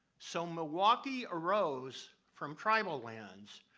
so milwaukee arose from tribal lands.